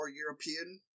European